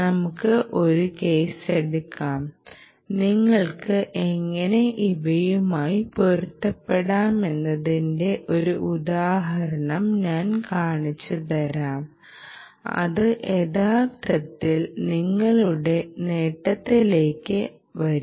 നമുക്ക് ഒരു കേസ് എടുക്കാം നിങ്ങൾക്ക് എങ്ങനെ ഇവയുമായി പൊരുത്തപ്പെടാമെന്നതിന്റെ ഒരു ഉദാഹരണം ഞാൻ കാണിച്ചുതരാം അത് യഥാർത്ഥത്തിൽ ഞങ്ങളുടെ നേട്ടത്തിലേക്ക് വരും